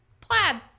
plaid